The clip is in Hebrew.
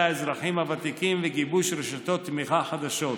האזרחים הוותיקים וגיבוש רשתות תמיכה חדשות.